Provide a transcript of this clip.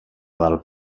del